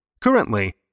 Currently